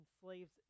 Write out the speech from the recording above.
slaves